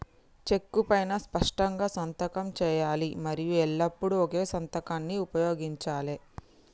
చెక్కు పైనా స్పష్టంగా సంతకం చేయాలి మరియు ఎల్లప్పుడూ ఒకే సంతకాన్ని ఉపయోగించాలే